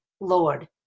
Lord